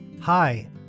Hi